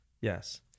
Yes